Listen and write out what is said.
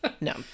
No